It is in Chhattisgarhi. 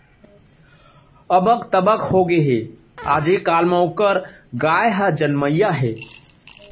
अबक तबक होगे हे, आजे काल म ओकर गाय ह जमनइया हे